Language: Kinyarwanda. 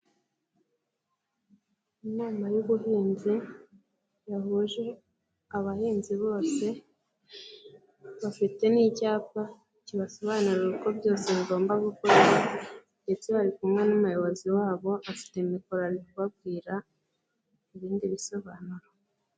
Inama y'ubuhinzi yahuje abahinzi bose bafite n'icyapa kibasobanurira uko byose bigomba gukorwa ndetse bari kumwe n'umuyobozi wabo afite mikoro ari kubabwira ibindi bisobanuro.